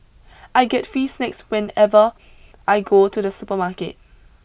I get fee snacks whenever I go to the supermarket